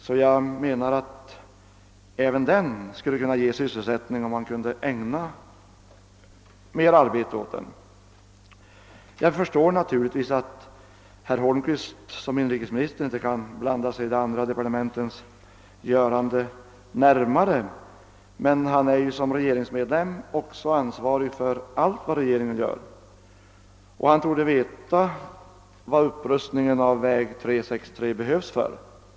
En upprustning även av den vägen skulle ge sysselsättning. Jag förstår naturligtvis att herr Holmqvist som inrikesminister inte i någon större utsträckning kan blanda sig i andra departements göranden, men han är ju som regeringsmedlem ansvarig för allt vad regeringen gör. Och han tordé veta varför en upprustning av väg 363 är nödvändig.